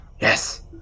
Yes